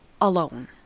alone